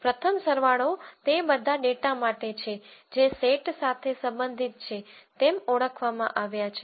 પ્રથમ સરવાળો તે બધા ડેટા માટે છે જે સેટ સાથે સંબંધિત છે તેમ ઓળખવામાં આવ્યા છે